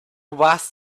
vast